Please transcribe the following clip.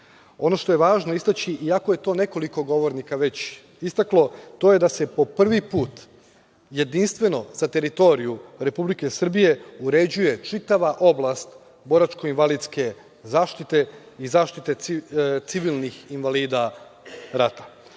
što je važno istaći, iako je to nekoliko govornika već istaklo, to je da se po prvi put jedinstveno za teritoriju Republike Srbije uređuje čitava oblast boračko-invalidske zaštite i zaštite civilnih invalida rata,